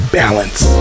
balance